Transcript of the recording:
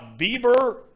Bieber